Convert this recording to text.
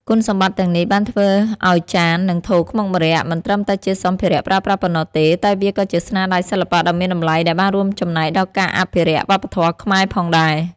គុណសម្បត្តិទាំងនេះបានធ្វើឱ្យចាន និងថូខ្មុកម្រ័ក្សណ៍មិនត្រឹមតែជាសម្ភារៈប្រើប្រាស់ប៉ុណ្ណោះទេ តែវាក៏ជាស្នាដៃសិល្បៈដ៏មានតម្លៃដែលបានរួមចំណែកដល់ការអភិរក្សវប្បធម៌ខ្មែរផងដែរ។